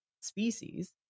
species